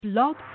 blog